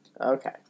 Okay